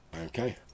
okay